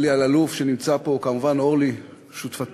אלי אלאלוף שנמצא פה, כמובן אורלי שותפתנו.